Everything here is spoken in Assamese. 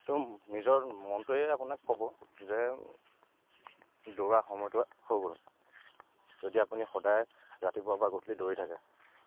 তো নিজৰ মনটোৱে আপোনাক ক'ব যে দৌৰা সময়টো হৈ গ'ল যদি আপুনি সদায় ৰাতিপুৱা পৰা গধূলি দৌৰি থাকে